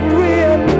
real